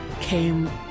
came